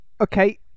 Okay